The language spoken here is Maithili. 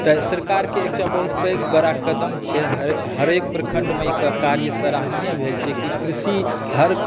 तऽ सरकारकेँ एकटा बहुत पैघ बड़ा कदम छै हरेक प्रखण्डमे ई कार्य सराहनिए भेल छै कि कृषी हर